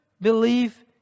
believe